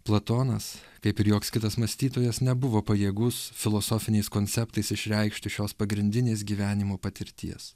platonas kaip ir joks kitas mąstytojas nebuvo pajėgus filosofiniais konceptais išreikšti šios pagrindinės gyvenimo patirties